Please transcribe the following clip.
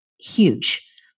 huge